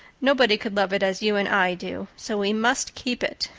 nobody could love it as you and i do so we must keep it.